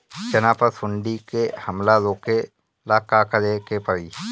चना पर सुंडी के हमला रोके ला का करे के परी?